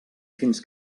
fins